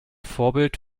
vorbild